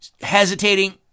hesitating